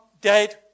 dead